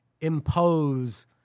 impose